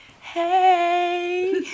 Hey